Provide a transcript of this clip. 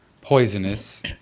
poisonous